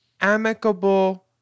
amicable